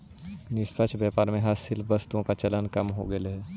निष्पक्ष व्यापार में हस्तशिल्प वस्तुओं का चलन कम हो गईल है